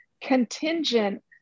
contingent